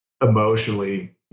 emotionally